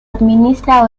administra